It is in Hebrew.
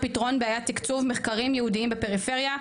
פתרון בעיית תקצוב מחקרים ייעודיים בפריפריה.